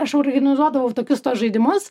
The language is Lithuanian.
aš organizuodavau tokius tuos žaidimus